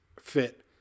fit